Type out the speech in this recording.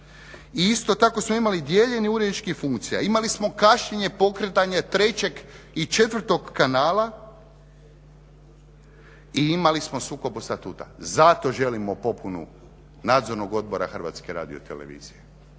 isto tako smo imali dijeljenje uredskim funkcija, imali smo kašnjenje pokretanja trećeg i četvrtog kanala i imali smo sukob statuta. Zato želimo popunu Nadzorno odbora HRT-a. Zato baš da se